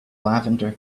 lavender